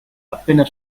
appena